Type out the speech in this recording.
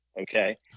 okay